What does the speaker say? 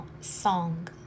song